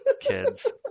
Kids